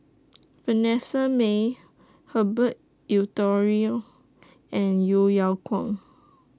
Vanessa Mae Herbert Eleuterio and Yeo Yeow Kwang